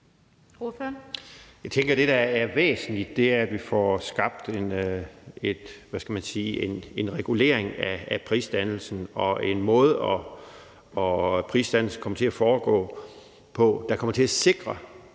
Jeg tænker, at det, der er væsentligt, er, at vi får skabt en regulering af prisdannelsen og en måde, prisdannelsen kommer til at foregå